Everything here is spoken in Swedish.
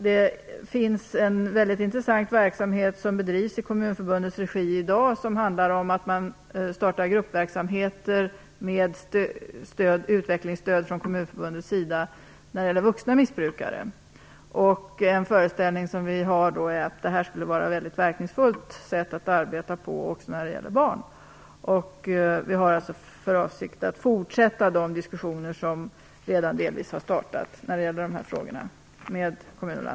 Det finns en väldigt intressant verksamhet som i dag bedrivs i Kommunförbundets regi och som handlar om att gruppverksamheter för vuxna missbrukare startas med utvecklingsstöd från Kommunförbundets sida. Vi föreställer oss att det här är ett väldigt verkningsfullt sätt att arbeta på också när det gäller barn. Vi har alltså för avsikt att med Kommunförbundet och Landstingsförbundet fortsätta de diskussioner som redan delvis har startat i de här frågorna.